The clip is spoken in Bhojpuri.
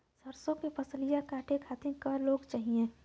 सरसो के फसलिया कांटे खातिन क लोग चाहिए?